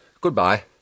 goodbye